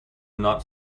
not